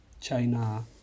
China